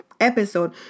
episode